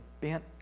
bent